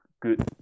good